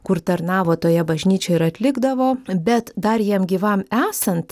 kur tarnavo toje bažnyčioje ir atlikdavo bet dar jam gyvam esant